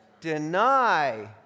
Deny